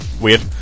weird